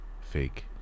Fake